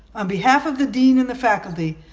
on behalf of the dean and the faculty,